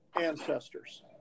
ancestors